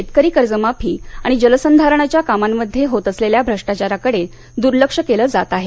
शेतकरी कर्जमाफी आणि जलसंधारणाच्या कामांमध्ये होत असलेल्या भ्रष्टाचाराकडं दर्लक्ष केलं जात आहे